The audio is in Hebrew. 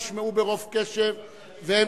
דבר שני, טענותיך נשמעו ברוב קשב וטענות,